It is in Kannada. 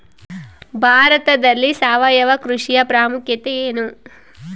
ಭಾರತದಲ್ಲಿ ಸಾವಯವ ಕೃಷಿಯ ಪ್ರಾಮುಖ್ಯತೆ ಎನು?